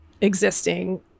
existing